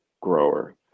grower